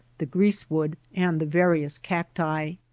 the grease wood, and the various cacti.